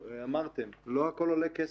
ואמרתם, לא הכול עולה כסף.